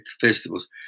festivals